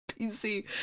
PC